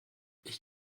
ich